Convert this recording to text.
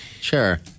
Sure